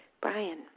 Brian